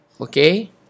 Okay